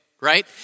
right